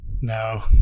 No